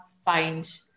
find